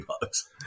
bugs